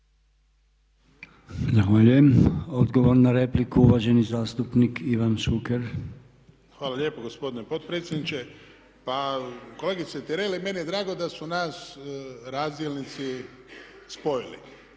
Odgovor na repliku uvaženi zastupnik Ivan Šuker. **Šuker, Ivan (HDZ)** Hvala lijepo gospodine potpredsjedniče. Pa kolegice Tireli, meni je drago da su nas razdjelnici spojili,